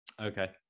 Okay